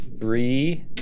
Three